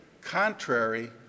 contrary